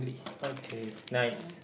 okay nice